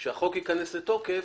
כאשר החוק ייכנס לתוקף,